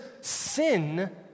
sin